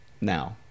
now